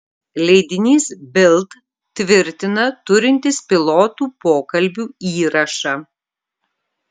leidinys bild tvirtina turintis pilotų pokalbių įrašą